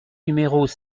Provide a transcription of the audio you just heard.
numéros